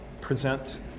present